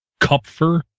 Cupfer